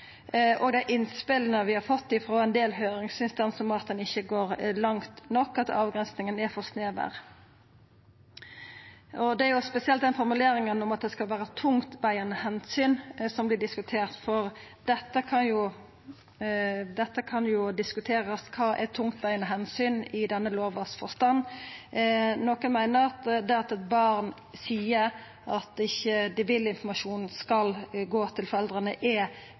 og dei innspela vi har fått frå ein del høyringsinstansar om at ein ikkje går langt nok, og at avgrensinga er for snever. Det er spesielt den formuleringa om at det skal vera «tungtveiende hensyn», som vert diskutert, for dette kan jo diskuterast. Kva er «tungtveiende hensyn» i denne lovas forstand? Nokon meiner at det at eit barn seier at dei ikkje vil at informasjonen skal gå til foreldra, er